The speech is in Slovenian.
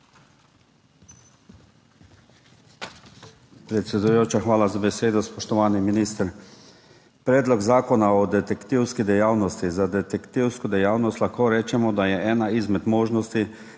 hvala za besedo. Spoštovani minister! Predlog zakona o detektivski dejavnosti. Za detektivsko dejavnost lahko rečemo, da je ena izmed možnosti